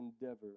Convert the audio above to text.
endeavor